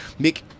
Mick